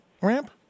ramp